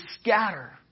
scatter